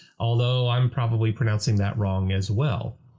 although i'm probably pronouncing that wrong as well.